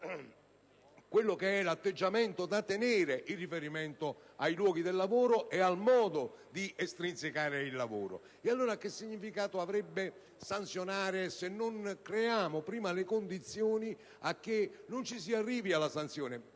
nelle scuole l'atteggiamento da tenere in riferimento ai luoghi del lavoro e al modo di estrinsecarlo. Che significato avrebbe sanzionare se non creiamo prima le condizioni affinché non si arrivi alla sanzione?